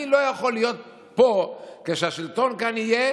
אני לא יכול להיות פה כשהשלטון כאן יהיה